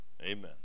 Amen